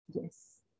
yes